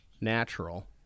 natural